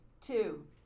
Two